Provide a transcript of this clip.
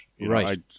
Right